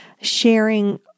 sharing